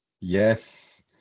Yes